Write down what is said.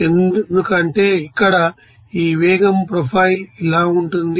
ఎందుకంటే ఇక్కడ ఈ వేగం ప్రొఫైల్ ఇలా ఉంటుంది